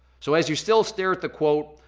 so as you still stare at the quote,